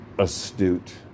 Astute